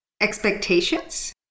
expectations